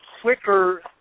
quicker